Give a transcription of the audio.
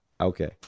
Okay